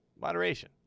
Moderation